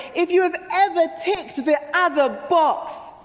if you have ever ticked the other box.